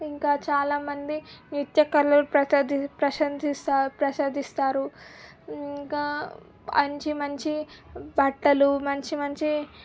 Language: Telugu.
ఇంకా చాలా మంది నృత్యకళలు ప్రశది ప్రదర్శిస్తారు ప్రదర్శిస్తారు ఇంకా మంచి మంచి బట్టలు మంచి మంచి